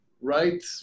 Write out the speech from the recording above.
right